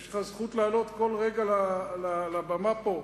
יש לך זכות לעלות בכל רגע לבמה פה,